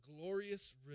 glorious